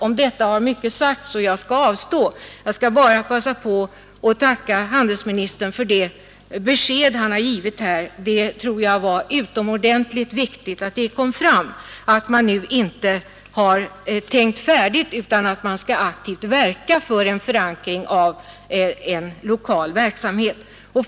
Om detta har mycket sagts, och jag skall avstå från att kommentera det närmare. Jag skall bara passa på att tacka handelsministern för det besked han här har givit. Jag tror det var utomordentligt viktigt att det kom fram att man inte har tänkt färdigt utan att man aktivt skall verka för en förankring i en lokal verksamhet.